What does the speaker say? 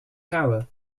tower